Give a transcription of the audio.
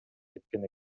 кеткен